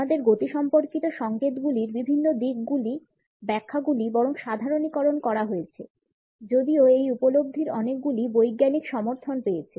আমাদের গতিসম্পর্কিত সংকেতগুলির বিভিন্ন দিকগুলির ব্যাখ্যাগুলি বরং সাধারণীকরণ করা হয়েছে যদিও এই উপলব্ধির অনেকগুলি বৈজ্ঞানিক সমর্থন পেয়েছে